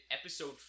Episode